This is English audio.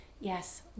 yes